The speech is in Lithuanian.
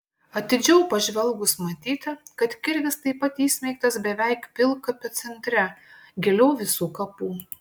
atidžiau pažvelgus matyti kad kirvis taip pat įsmeigtas beveik pilkapio centre giliau visų kapų